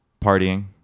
partying